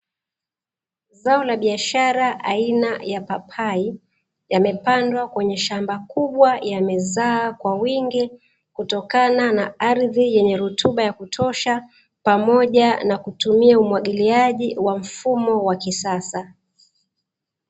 Zao la biashara aina ya papai. Yamepandwa kwenye shamba kubwa, yamezaa kwa wingi kutokana na ardhi yenye rutuba ya kutosha pamoja na kutumia umwagiliaji wa mfumo wa kisasa.